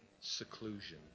seclusion